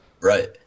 Right